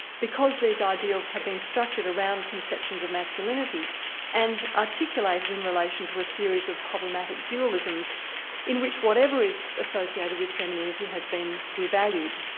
because these ideals have been structured around conceptions of masculinity and articulated in relation to a series of problematic dualisms in which whatever is associated with femininity has been devalued.